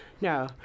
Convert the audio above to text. No